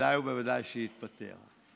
ובוודאי ובוודאי שהתפטר,